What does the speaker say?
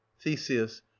theseus